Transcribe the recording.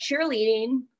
cheerleading